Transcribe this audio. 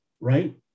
right